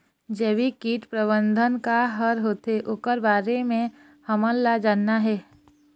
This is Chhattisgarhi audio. जैविक कीट प्रबंधन का हर होथे ओकर बारे मे हमन ला जानना हे?